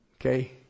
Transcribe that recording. okay